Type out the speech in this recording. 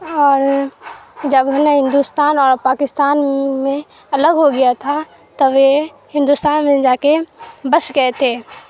اور جب نا ہندوستان اور پاکستان میں الگ ہو گیا تھا تب یہ ہندوستان میں جا کے بس گئے تھے